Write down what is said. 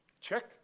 check